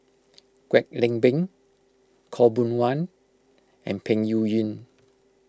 Kwek Leng Beng Khaw Boon Wan and Peng Yuyun